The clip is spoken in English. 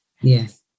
Yes